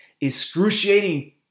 excruciating